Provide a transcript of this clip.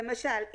למשל,